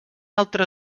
altra